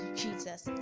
jesus